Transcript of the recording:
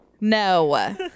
No